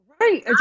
Right